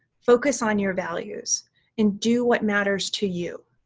focus on your values and do what matters to you.